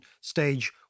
stage